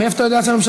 מוסיפים את תמיכתכם.